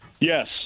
yes